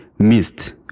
missed